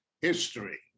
History